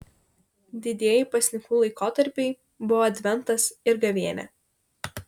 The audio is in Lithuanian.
didieji pasninkų laikotarpiai buvo adventas ir gavėnia